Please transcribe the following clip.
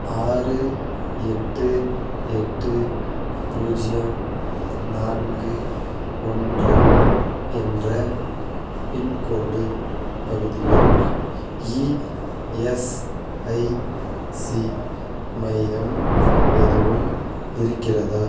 ஆறு எட்டு எட்டு பூஜ்ஜியம் நான்கு ஒன்று என்ற பின்கோடு பகுதியில் இஎஸ்ஐசி மையம் எதுவும் இருக்கிறதா